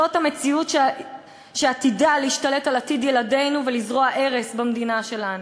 זאת המציאות שעתידה להשתלט על עתיד ילדינו ולזרוע הרס במדינה שלנו.